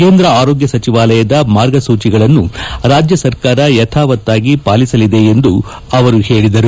ಕೇಂದ್ರ ಆರೋಗ್ಯ ಸಚಿವಾಲಯದ ಮಾರ್ಗಸೂಚಿಗಳನ್ನು ರಾಜ್ಯ ಸರ್ಕಾರ ಯಥಾವತ್ತಾಗಿ ಪಾಲಿಸಲಿದೆ ಎಂದು ಅವರು ಹೇಳಿದರು